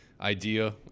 idea